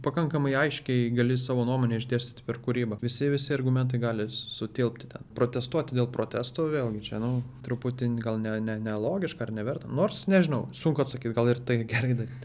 pakankamai aiškiai gali savo nuomonę išdėstyti per kūrybą visi visi argumentai gali sutilpti ten protestuoti dėl protesto vėlgi čia nu truputį gal ne ne nelogiška ar neverta nors nežinau sunku atsakyt gal ir tai gerai daryt